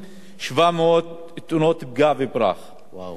בשנים אלו נפגעו יותר מ-11,000 בני-אדם.